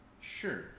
sure